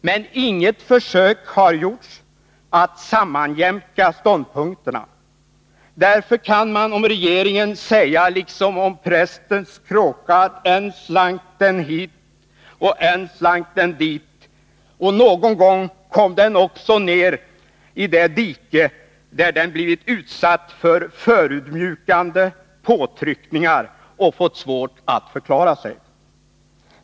Men inget försök har gjorts att sammanjämka ståndpunkterna. Därför kan man om regeringen säga, liksom man säger om prästens kråka: Än slank den hit, och än slank den dit. Och någon gång kom den också ner i det dike där den har blivit utsatt för förödmjukande påtryckningar och fått svårt att förklara sig.